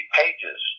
pages